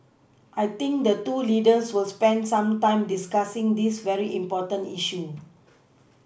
I think the two leaders will spend some time discussing this very important issue